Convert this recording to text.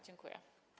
Dziękuję.